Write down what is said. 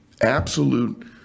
absolute